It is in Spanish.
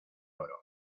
oro